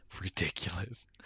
ridiculous